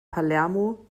palermo